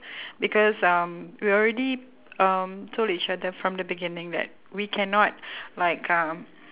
because um we already um told each other from the beginning that we cannot like um